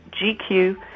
GQ